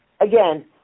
again